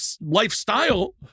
lifestyle